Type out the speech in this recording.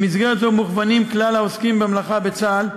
במסגרת זו מוכוונים כלל העוסקים במלאכה בצה"ל,